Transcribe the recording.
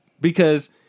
because-